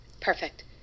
Perfect